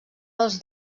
dels